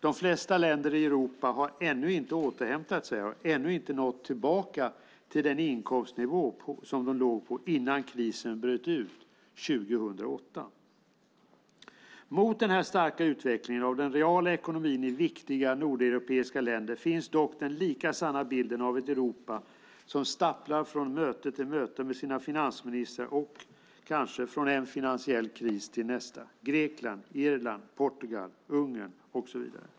De flesta länder i Europa har ännu inte återhämtat sig, och har ännu inte nått tillbaka till den inkomstnivå som de låg på innan krisen bröt ut 2008. Mot denna starka utveckling av den reala ekonomin i viktiga nordeuropeiska länder finns dock den lika sanna bilden av ett Europa som stapplar från möte till möte med sina finansministrar och - kanske - från en finansiell kris till nästa: Grekland, Irland, Portugal, Ungern och så vidare.